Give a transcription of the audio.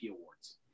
awards